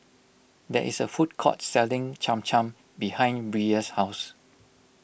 there is a food court selling Cham Cham behind Brea's house